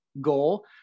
goal